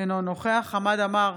אינו נוכח חמד עמאר,